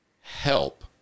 help